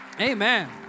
Amen